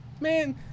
Man